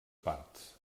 parts